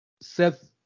Seth